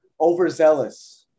overzealous